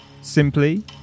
simply